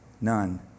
None